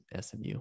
smu